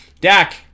Dak